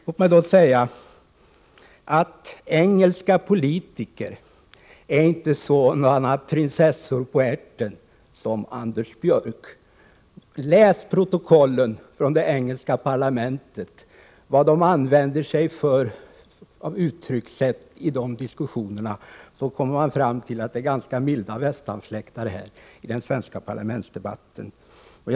Låt mig till detta säga att engelska politiker inte är sådana prinsessor på ärten som Anders Björck. Om man läser protokollen från det engelska parlamentet och ser vilka uttryckssätt som används där, kommer man fram till att det i den svenska parlamentsdebatten är fråga om ganska milda västanfläktar.